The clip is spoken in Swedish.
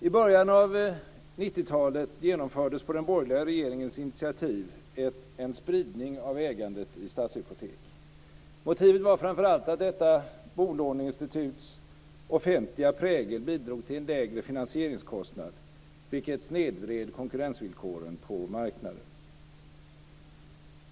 I början av 1990-talet genomfördes på den borgerliga regeringens initiativ en spridning av ägandet i Stadshypotek. Motivet var framför allt att detta bolåneinstituts offentliga prägel bidrog till en lägre finansieringskostnad, vilket snedvred konkurrensvillkoren på marknaden.